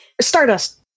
Stardust